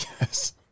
Yes